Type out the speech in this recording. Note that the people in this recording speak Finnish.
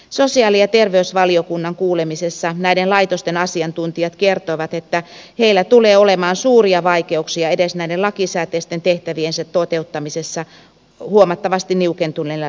sosiaali ja terveysvaliokunnan kuulemisessa näiden laitosten asiantuntijat kertoivat että heillä tulee olemaan suuria vaikeuksia edes näiden lakisääteisten tehtäviensä toteuttamisessa huomattavasti niukentu neilla resursseilla